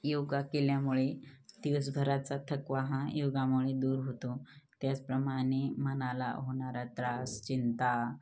योगा केल्यामुळे दिवसभराचा थकवा हा योगामुळे दूर होतो त्याचप्रमाणे मनाला होणारा त्रास चिंता